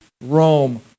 Rome